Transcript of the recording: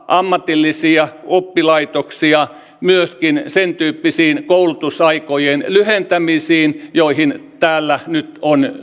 ammatillisia oppilaitoksia myöskin sentyyppisiin koulutusaikojen lyhentämisiin joihin täällä nyt